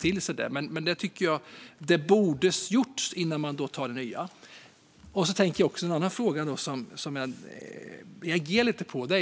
till sig detta. Jag tycker att det borde ha gjorts en utvärdering innan man kommer med ett nytt förslag. Det finns också något annat som jag reagerar lite på.